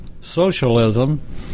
socialism